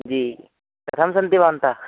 जी कथं सन्ति भवन्तः